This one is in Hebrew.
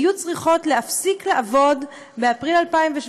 היו צריכות להפסיק לעבוד באפריל 2017,